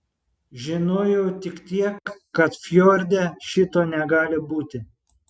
žinojau tik tiek kad fjorde šito negali būti